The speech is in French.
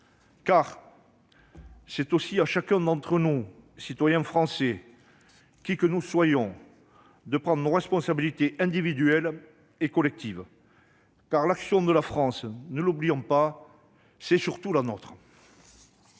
c'est aussi à chacun d'entre nous, citoyens français, qui que nous soyons, de prendre ses responsabilités individuelles et collectives, car l'action de la France- ne l'oublions pas -, c'est surtout la nôtre